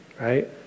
right